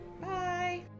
Bye